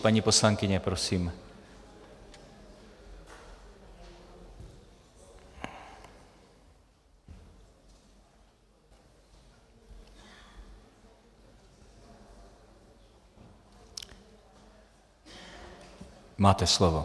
Paní poslankyně, prosím, máte slovo.